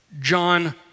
John